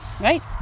Right